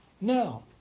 Now